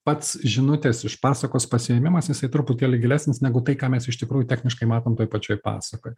pats žinutės iš pasakos pasiėmimas jisai truputėlį gilesnis negu tai ką mes iš tikrųjų techniškai matom toj pačioj pasakoj